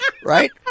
Right